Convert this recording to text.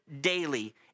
daily